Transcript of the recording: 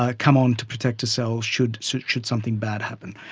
ah come on to protect a cell should so should something bad happen.